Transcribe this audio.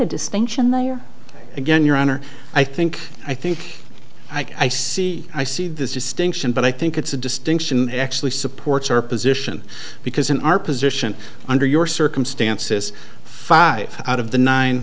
a distinction there again your honor i think i think i see i see this distinction but i think it's a distinction that actually supports our position because in our position under your circumstances five out of the nine